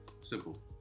simple